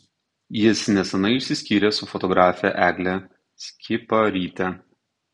jis neseniai išsiskyrė su fotografe egle skiparyte